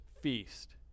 feast